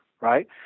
right